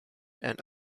and